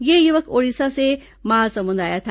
यह युवक ओड़िशा से महासमुंद आया था